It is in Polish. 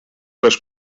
też